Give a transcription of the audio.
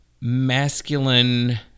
masculine